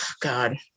God